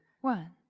one